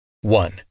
One